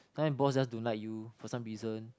sometimes boss just don't like you for some reason